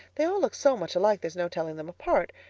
they all look so much alike there's no telling them apart.